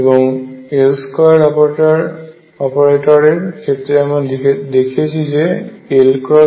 এবং L2 operator এর ক্ষেত্রে আমরা দেখিয়েছি যে LLiL